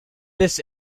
this